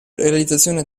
realizzazione